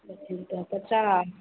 लेथिन तऽ पचा